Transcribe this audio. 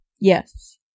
Yes